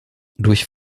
durch